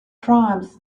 crimes